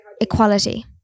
Equality